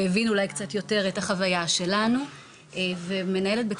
הוא הבין קצת יותר את החוויה שלנו ומנהלת בית